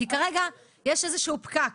כי כרגע יש איזשהו פקק.